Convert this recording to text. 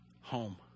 home